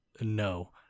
No